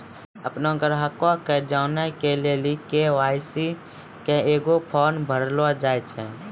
अपनो ग्राहको के जानै लेली के.वाई.सी के एगो फार्म भरैलो जाय छै